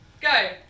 go